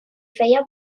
feia